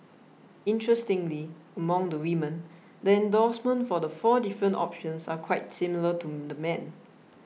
interestingly among the women the endorsement for the four different options are quite similar to the men